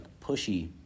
pushy